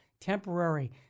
temporary